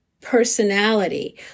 personality